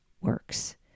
works